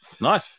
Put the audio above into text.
Nice